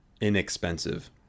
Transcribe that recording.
inexpensive